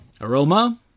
Aroma